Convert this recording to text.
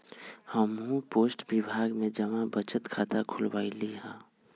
हम्हू पोस्ट विभाग में जमा बचत खता खुलवइली ह